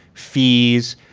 fees,